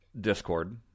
Discord